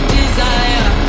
desire